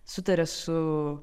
sutarė su